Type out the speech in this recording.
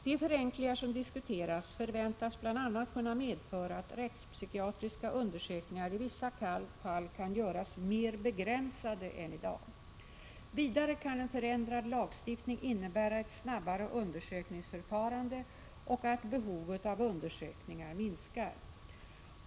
De förenklingar som diskuteras förväntas bl.a. kunna medföra att rättspsykiatriska undersökningar i vissa fall kan göras mer begränsade än i dag. Vidare kan en förändrad lagstiftning innebära ett snabbare undersökningsförfarande och att behovet av undersökningar minskar.